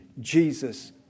Jesus